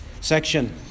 section